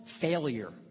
failure